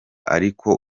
ariko